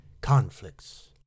conflicts